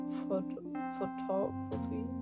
photography